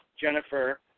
Jennifer